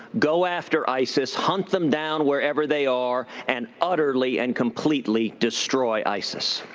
go after isis, hunt them down wherever they are, and utterly and completely destroy isis.